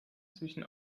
zwischen